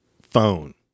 phone